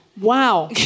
Wow